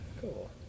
Cool